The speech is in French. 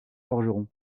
forgeron